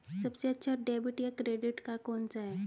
सबसे अच्छा डेबिट या क्रेडिट कार्ड कौन सा है?